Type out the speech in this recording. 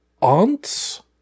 aunt's